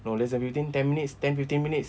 no less than fifteen ten mintues ten fifteen minutes